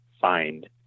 find